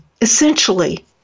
essentially